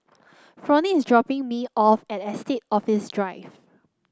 Fronie is dropping me off at Estate Office Drive